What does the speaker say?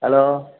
hello